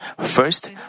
first